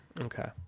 Okay